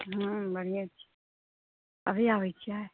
हँ बढ़िऑं छै अभी आबै छियै